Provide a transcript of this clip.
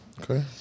okay